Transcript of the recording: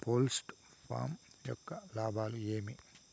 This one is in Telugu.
పౌల్ట్రీ ఫామ్ యొక్క లాభాలు ఏమి